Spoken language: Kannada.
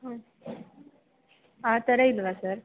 ಹ್ಞೂ ಆ ಥರ ಇಲ್ಲವ ಸರ್